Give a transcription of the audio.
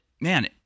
man